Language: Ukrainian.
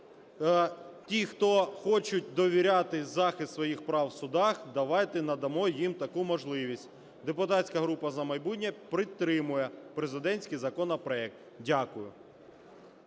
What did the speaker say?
ті, хто хочуть довіряти захист своїх прав в судах, давайте надамо їм таку можливість. Депутатська група "За майбутнє" підтримує президентський законопроект. Дякую.